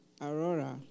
Aurora